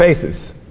faces